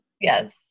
Yes